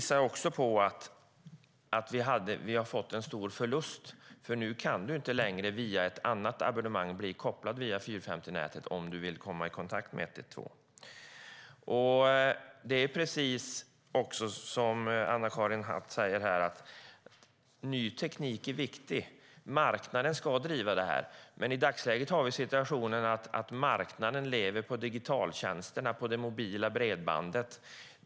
Samtidigt har vi fått en stor förlust, för nu kan man inte längre via ett annat abonnemang bli kopplad över 450-nätet om man vill komma i kontakt med 112. Som Anna-Karin Hatt säger är ny teknik viktig. Marknaden ska driva den, men i dagsläget lever marknaden på digitaltjänsterna på det mobila bredbandet.